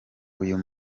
uyu